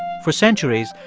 for centuries,